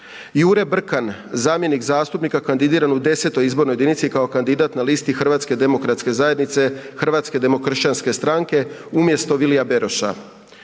Jure Brkan, zamjenik zastupnika kandidiranog u 10. izbornoj jedinici kao kandidat na listi Hrvatske demokratske zajednice, HDZ, Hrvatske demokršćanske stranke, HDS, umjesto Vilija Beroša;